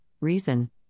Reason